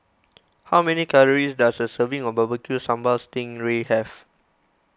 how many calories does a serving of Barbecue Sambal Sting Ray have